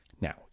Now